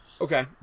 Okay